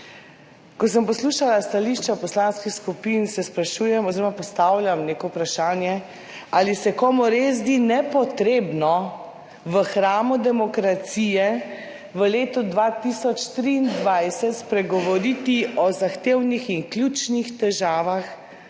Ko sem poslušala stališča poslanskih skupin, se sprašujem oziroma postavljam neko vprašanje, ali se komu res zdi nepotrebno v hramu demokracije v letu 2023, spregovoriti o zahtevnih in ključnih težavah